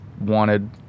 wanted